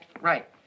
Right